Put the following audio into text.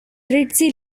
ritzy